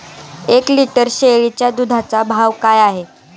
एक लिटर शेळीच्या दुधाचा भाव काय आहे?